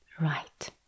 right